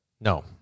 No